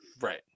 right